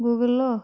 Google లో